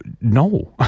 No